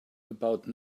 about